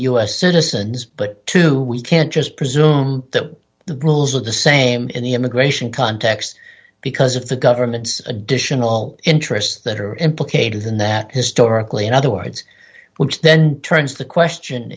us citizens but to we can't just presume that the bulls are the same in the immigration context because if the government additional interests that are implicated in that historically in other words which then turns the question